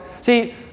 See